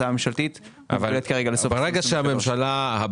לכן הצעה הממשלתית מדברת כרגע על סוף 2023. ברגע שהממשלה הבאה